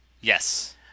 Yes